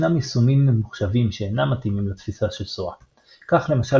ישנם יישומים ממוחשבים שאינם מתאימים לתפיסה של SOA. כך למשל